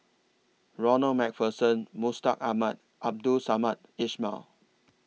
Ronald MacPherson Mustaq Ahmad Abdul Samad Ismail